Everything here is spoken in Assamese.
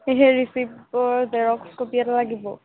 সেই ৰিচিপ্টৰ জেৰক্স কপি এটা লাগিব